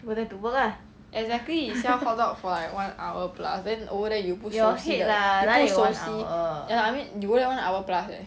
exactly you sell hotdog for like one hour plus then over there you 不熟悉的你不收悉 ya lah I mean you go there one hour plus eh